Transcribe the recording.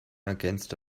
against